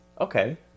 Okay